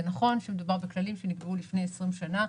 זה נכון שמדובר בכללים שנקבעו לפני 20 שנה.